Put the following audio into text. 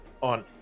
on